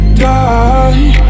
die